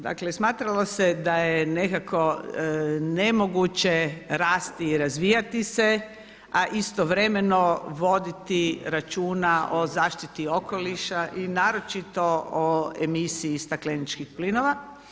Dakle smatralo se da je nekako nemoguće rasti i razvijati se a istovremeno voditi računa o zaštiti okoliša i naročito o emisiji stakleničkih plinova.